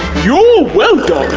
you're welcome!